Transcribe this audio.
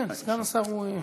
סגן השר יהיה.